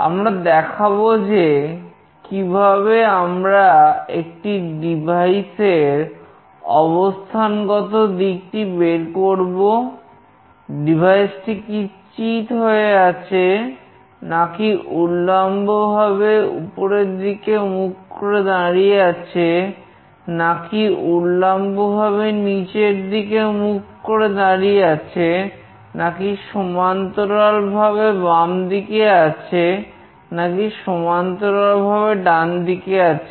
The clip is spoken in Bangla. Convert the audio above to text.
আমরা দেখাবো যে কিভাবে আমরা একটি ডিভাইসের অবস্থানগত দিকটি বের করব ডিভাইসটি কি চিৎ হয়ে আছে নাকি উল্লম্বভাবে উপরের দিকে মুখ করে দাঁড়িয়ে আছে নাকি উল্লম্বভাবে নিচের দিকে মুখ করে দাঁড়িয়ে আছে নাকি সমান্তরালভাবে বামদিকে আছে নাকি সমান্তরালভাবে ডানদিকে আছে